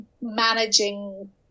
managing